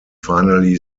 finally